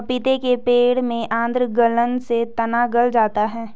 पपीते के पेड़ में आद्र गलन से तना गल जाता है